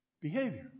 behavior